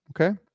Okay